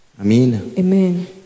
Amen